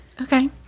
Okay